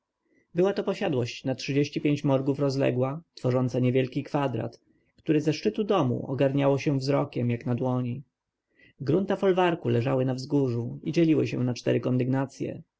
była to posiadłość na trzydzieści pięć morgów rozległa tworząca niewielki kwadrat który ze szczytu domu ogarniało się wzrokiem jak na dłoni grunta folwarku leżały na wzgórzu i dzieliły się na cztery kondygnacje